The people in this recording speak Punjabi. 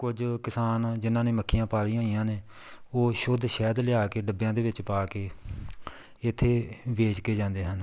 ਕੁਝ ਕਿਸਾਨ ਜਿਹਨਾਂ ਨੇ ਮੱਖੀਆਂ ਪਾਲੀਆਂ ਹੋਈਆਂ ਨੇ ਉਹ ਸ਼ੁੱਧ ਸ਼ਹਿਦ ਲਿਆ ਕੇ ਡੱਬਿਆਂ ਦੇ ਵਿੱਚ ਪਾ ਕੇ ਇੱਥੇ ਵੇਚ ਕੇ ਜਾਂਦੇ ਹਨ